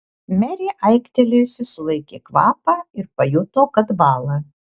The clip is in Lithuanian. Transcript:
merė aiktelėjusi sulaikė kvapą ir pajuto kad bąla